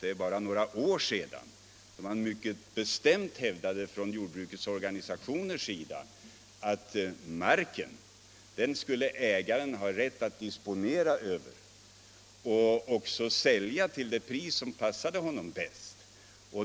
Det är bara några år sedan jordbrukets organisationer mycket bestämt hävdade att marken skulle ägaren ha rätt att disponera över och också sälja till det pris som passade honom bäst.